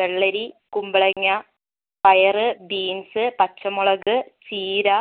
വെള്ളരി കുമ്പളങ്ങ പയർ ബീൻസ് പച്ചമുളക് ചീര